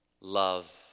Love